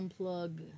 unplug